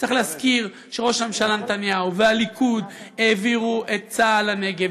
צריך להזכיר שראש הממשלה נתניהו והליכוד העבירו את צה"ל לנגב,